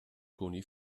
toni